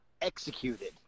executed